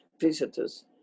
visitors